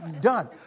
done